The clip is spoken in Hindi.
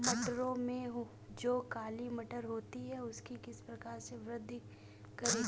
मटरों में जो काली मटर होती है उसकी किस प्रकार से वृद्धि करें?